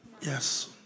Yes